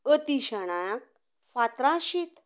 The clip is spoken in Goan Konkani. अती शाण्याक फातरा शीत